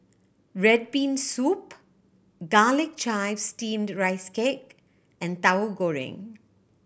red bean soup Garlic Chives Steamed Rice Cake and Tahu Goreng